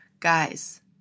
Guys